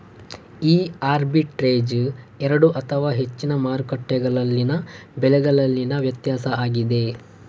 ಈ ಆರ್ಬಿಟ್ರೇಜ್ ಎರಡು ಅಥವಾ ಹೆಚ್ಚಿನ ಮಾರುಕಟ್ಟೆಗಳಲ್ಲಿನ ಬೆಲೆಗಳಲ್ಲಿನ ವ್ಯತ್ಯಾಸ ಆಗಿದೆ